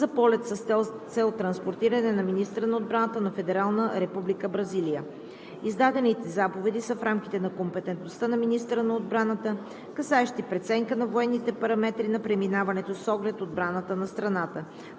за полет с цел транспортиране на министъра на отбраната на Федеративна Република Бразилия. Издадените заповеди са в рамките на компетентността на министъра на отбраната, касаещи преценка на военните параметри на преминаването с оглед отбраната на страната.